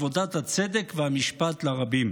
עבודת הצדק והמשפט לרבים".